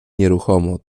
nieruchomo